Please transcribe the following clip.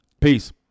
Peace